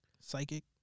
Psychic